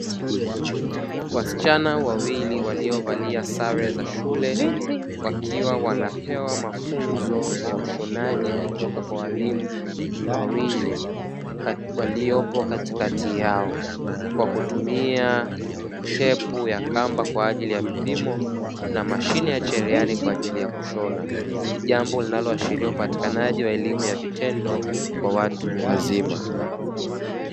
Wasichana wawili waliovalia sare za shule wakiwa wanapewa mafunzo ya ushonaji kutoka kwa walimu wawili waliopo katikati yao, kwa kutumia tepu ya kamba kwa ajili ya vipimo na mashine ya cherehani kwa ajili ya kushona. Jambo linaloashiria upatikanaji wa elimu ya vitendo kwa watu wazima.